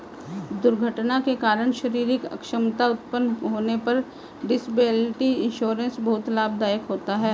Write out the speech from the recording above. दुर्घटना के कारण शारीरिक अक्षमता उत्पन्न होने पर डिसेबिलिटी इंश्योरेंस बहुत लाभदायक होता है